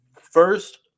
First